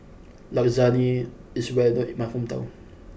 Lasagne is well known in my hometown